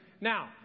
Now